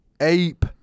ape